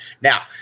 Now